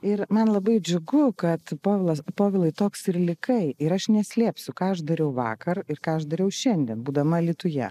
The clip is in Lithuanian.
ir man labai džiugu kad povilas povilai toks ir likai ir aš neslėpsiu ką aš dariau vakar ir ką aš dariau šiandien būdama alytuje